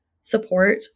support